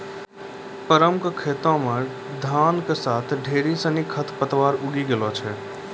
परमा कॅ खेतो मॅ धान के साथॅ ढेर सिनि खर पतवार उगी गेलो छेलै